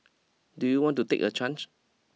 do you want to take a charge